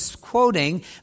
quoting